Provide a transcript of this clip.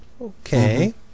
Okay